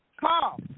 Call